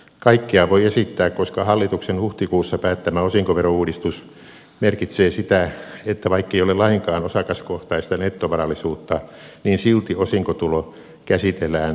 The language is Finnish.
kaikkea voi esittää koska hallituksen huhtikuussa päättämä osinkoverouudistus merkitsee sitä että vaikkei ole lainkaan osakaskohtaista nettovarallisuutta niin silti osinkotulo käsitellään pääomatulona